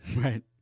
Right